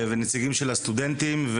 ונציגים של הסטודנטים.